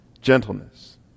gentleness